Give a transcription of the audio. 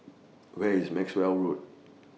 Where IS Maxwell Road